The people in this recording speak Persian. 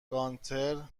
گانتر